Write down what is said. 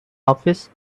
office